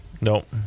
Nope